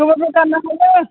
गोबोरबो गारनो हायो